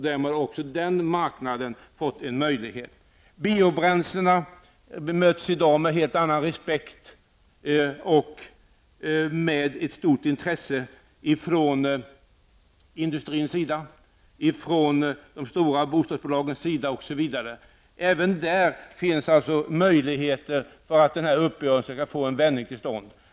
Därmed har också den marknaden fått en möjlighet. Biobränlsena bemöts i dag med en helt annan respekt och med stort intresse från industrins sida, från de stora bostadsbolagens sida osv. Även där finns det möjligheter att genom uppgörelsen få till stånd en vändning.